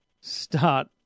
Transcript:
start